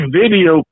video